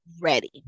ready